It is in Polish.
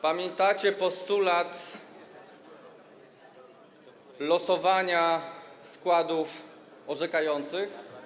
Pamiętacie postulat losowania składów orzekających?